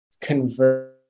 convert